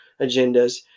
agendas